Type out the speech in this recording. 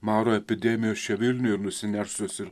maro epidemijos čia vilniuje ir nusinešusios ir